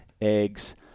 Eggs